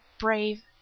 brave